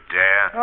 dare